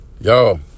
Yo